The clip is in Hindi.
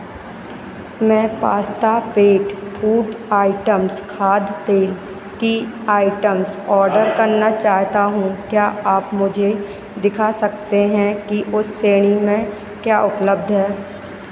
मैं पास्ता पेट फ़ूड आइटम्स खाद्य तेल की आइटम्स ऑर्डर करना चाहता हूँ क्या आप मुझे दिखा सकते हैं कि उस श्रेणी में क्या उपलब्ध है